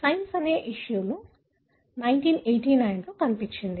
science అనే issue లో 1989 లో కనిపించింది